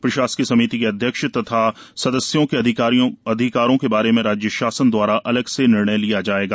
प्रशासकीय समिति के अध्यक्ष तथा सदस्यों के अधिकारों के बारे में राज्य शासन द्वारा अलग से निर्णय लिया जायेगा